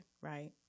right